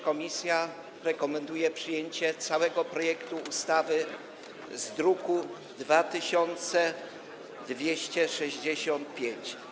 Komisja rekomenduje również przyjęcie całego projektu ustawy z druku nr 2265.